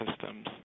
systems